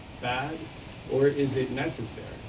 that or is it necessary.